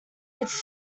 its